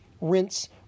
rinse